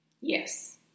Yes